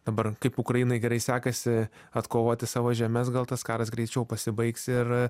dabar kaip ukrainai gerai sekasi atkovoti savo žemes gal tas karas greičiau pasibaigs ir